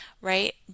right